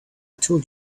told